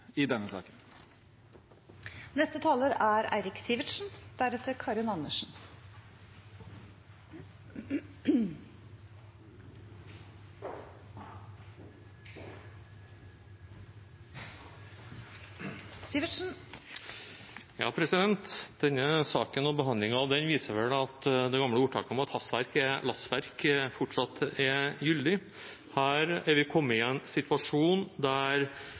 i denne saken. Denne saken og behandlingen av den viser vel at det gamle ordtaket om at hastverk er lastverk, fortsatt er gyldig. Her er vi kommet i en situasjon der